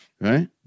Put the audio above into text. Right